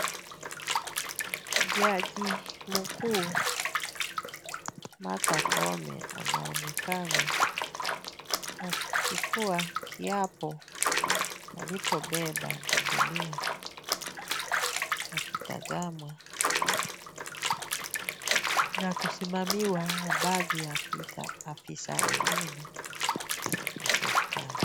Jaji mkuu Martha Koome anaonekana akichukua kiapo alipobeba biblia akitazama na kusimamiwa baadhi ya afisa wengine wa serikali.